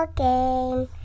game